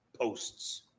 posts